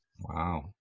wow